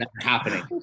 happening